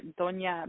doña